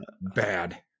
bad